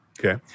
Okay